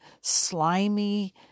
slimy